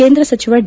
ಕೇಂದ್ರ ಸಚಿವ ಡಿ